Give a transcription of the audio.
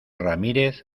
ramírez